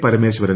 Parameswaran